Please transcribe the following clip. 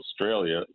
Australia